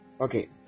okay